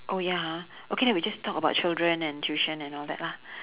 oh ya ha okay then we just talk about children and tuition and all that lah